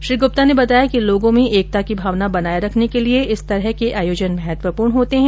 श्री गुप्ता ने बताया कि लोगों में एकता की भावना बनाये रखने के लिये इस तरह के आयोजन महत्वपूर्ण होते है